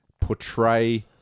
portray